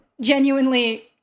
genuinely